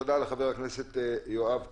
תודה לחבר הכנסת יואב קיש.